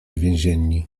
więzienni